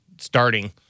starting